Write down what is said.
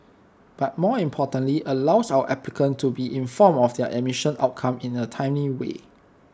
but more importantly allows our applicants to be informed of their admission outcome in A timely way